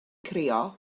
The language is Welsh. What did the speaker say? crio